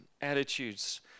attitudes